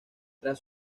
tras